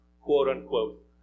quote-unquote